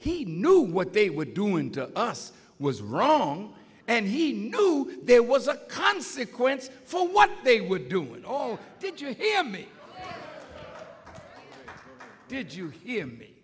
he knew what they were doing to us was wrong and he knew there was a consequence for what they would do it all did you hear me did you hear me